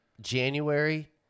January